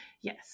Yes